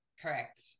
Correct